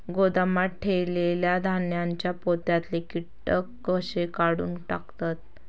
गोदामात ठेयलेल्या धान्यांच्या पोत्यातले कीटक कशे काढून टाकतत?